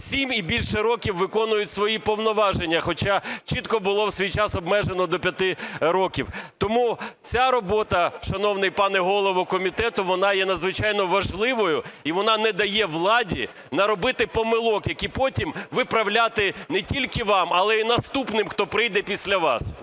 7 і більше років виконують свої повноваження, хоча чітко було в свій час обмежено до 5 років. Тому ця робота, шановний пане голово комітету, вона є надзвичайно важливою, і вона не дає владі наробити помилок, які потім виправляти не тільки вам, але й наступним, хто прийде після вас.